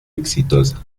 exitosa